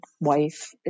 wife